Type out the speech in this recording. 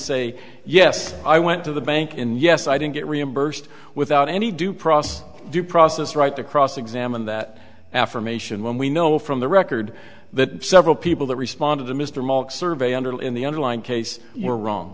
say yes i went to the bank and yes i didn't get reimbursed without any due process due process right to cross examine that affirmation when we know from the record that several people that responded to mr mock survey under the in the underlying case were wrong